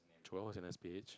Joel was in the speech